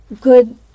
good